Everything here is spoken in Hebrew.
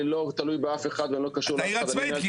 אני לא תלוי באף אחד ואני לא קשור לאף אחד.